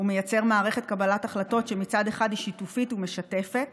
הוא מייצר מערכת קבלת החלטות שמצד אחד היא שיתופית ומשתפת